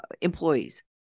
employees